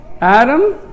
Adam